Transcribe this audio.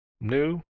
new